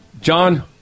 John